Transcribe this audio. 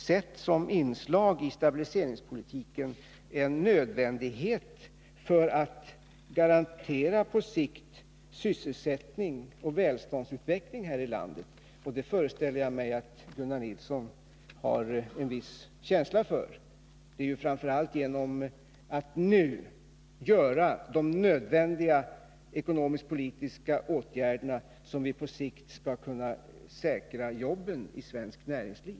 Som inslag i stabiliseringspolitiken är de också en nödvändighet för att man på sikt skall kunna garantera sysselsättning och välståndsutveckling i landet, något som jag föreställer mig att också Gunnar Nilsson har en viss känsla för. Det är ju framför allt genom att nu vidta de nödvändiga ekonomiskt-politiska åtgärderna som vi på sikt skall kunna säkra jobben i svenskt näringsliv.